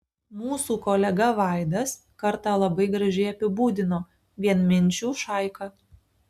mūsų kolega vaidas kartą labai gražiai apibūdino vienminčių šaika